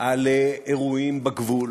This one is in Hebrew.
על אירועים בגבול,